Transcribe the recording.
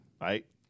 Right